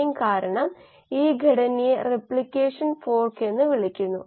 ഡെറിവേറ്റീവുകളായ C2 minus C1 നെ t2 minus t1 കൊണ്ട് ഹരിച്ചാൽ നമുക്ക് ഈ നിരക്കുകൾ കിട്ടും